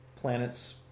planets